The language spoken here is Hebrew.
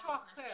להתנשק,